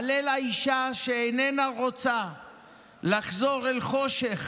אהלל האישה שאיננה רוצה לחזור אל חושך